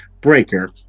Breaker